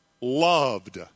loved